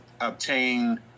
obtain